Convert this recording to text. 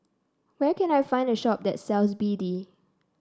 where can I find a shop that sells B D